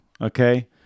okay